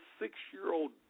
six-year-old